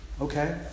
okay